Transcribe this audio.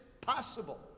possible